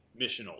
missional